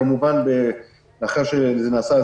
כמובן אחרי שזה נעשה,